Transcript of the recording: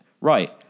right